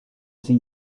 sie